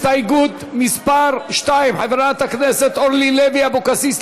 הסתייגות מס' 2. חברת הכנסת אורלי לוי אבקסיס,